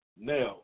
Now